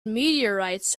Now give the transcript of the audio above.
meteorites